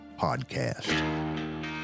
podcast